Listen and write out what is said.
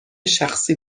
شخصی